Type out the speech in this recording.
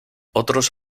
otros